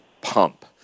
pump